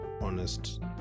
honest